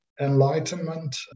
enlightenment